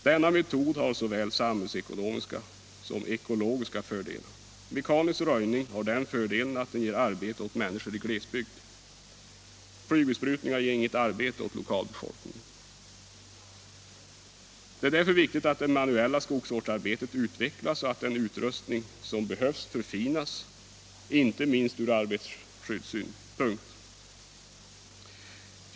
Denna metod har såväl samhällsekonomiska som ekologiska fördelar. Mekanisk röjning har den fördelen att den ger arbete åt människor i glesbygd. Flygbesprutningar ger inget arbete åt lokalbefolkningen. Det är därför viktigt att det manuella skogsvårdsarbetet utvecklas och att den utrustning som behövs förfinas — inte minst från arbetarskyddssynpunkt.